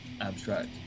Abstract